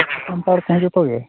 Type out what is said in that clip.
ᱥᱟᱱᱛᱟᱲ ᱠᱚᱦᱚᱸ ᱡᱚᱛᱚᱜᱮ